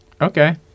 okay